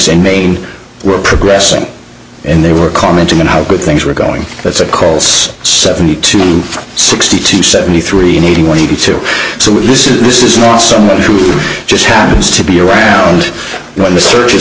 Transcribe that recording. and maine were progressing and they were commenting on how good things were going that's a colts seventy two from sixty to seventy three in eighty one eighty two so this is this is not someone who just happens to be around when the search